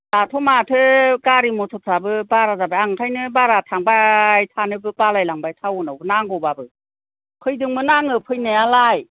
दाथ' माथो गारि मथर फ्राबो बारा जाबाय आं बेनिखायनो बारा थांबाय थानोबो बालायलांबाय थाउन आवबो नांगौबाबो फैदोंमोन आङो फैनायालाय